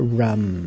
rum